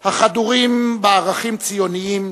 החדורים בערכים ציוניים,